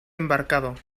embarcado